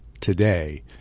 today